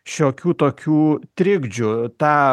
šiokių tokių trikdžių tą